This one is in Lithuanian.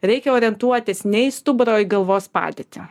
reikia orientuotis ne į stuburą į galvos padėtį